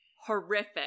horrific